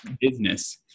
business